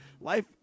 Life